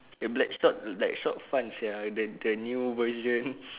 the Blackshot Blackshot fun sia the the new version